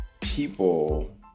people